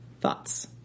thoughts